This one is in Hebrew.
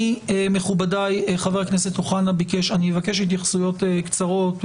מכובדיי, אבקש התייחסויות קצרות.